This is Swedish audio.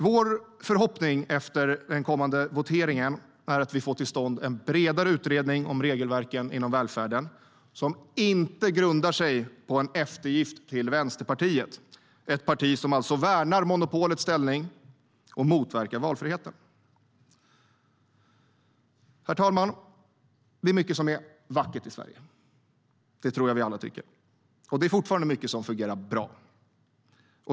Vår förhoppning är att vi efter den kommande voteringen får till stånd en bredare utredning om regelverken inom välfärden som inte grundar sig på en eftergift till Vänsterpartiet, ett parti som alltså värnar monopolets ställning och motverkar valfriheten. Herr talman! Det är mycket som är vackert i Sverige - det tror jag att vi alla tycker - och det är fortfarande mycket som fungerar bra.